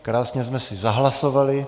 Krásně jsme si zahlasovali.